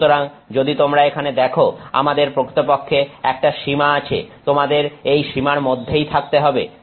সুতরাং যদি তোমরা এখানে দেখো আমাদের প্রকৃতপক্ষে একটা সীমা আছে তোমাদের এই সীমার মধ্যেই থাকতে হবে